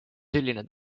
selline